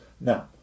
Now